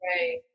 Right